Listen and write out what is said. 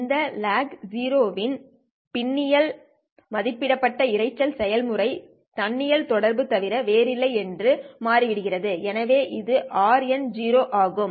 இது lag 0 இன் பின்னணியில் மதிப்பிடப்பட்ட இரைச்சல் செயல்முறை தன்னியல் தொடர்பு தவிர வேறில்லை என்று மாறிவிடுகிறது எனவே இது RN ஆகும்